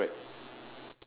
ya correct